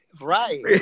Right